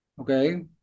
okay